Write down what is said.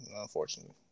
Unfortunately